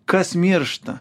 kas miršta